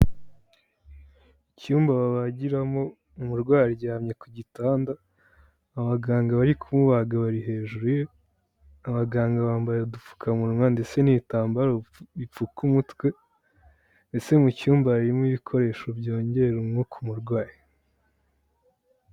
Icyumba babagiramo umurwayi aryamye ku gitanda, abaganga bari kumubaga bari hejuru ye, abaganga bambaye udupfukamunwa ndetse n'ibitambaro bipfuka umutwe, ndetse mu cyumba harimo ibikoresho byongerera umwuka umurwayi.